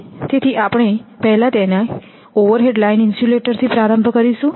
તેથી આપણે પહેલા તેને ઓવરહેડ લાઇન ઇન્સ્યુલેટર થી પ્રારંભ કરીશું